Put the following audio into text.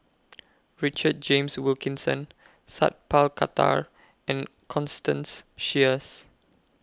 Richard James Wilkinson Sat Pal Khattar and Constance Sheares